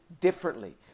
differently